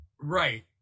Right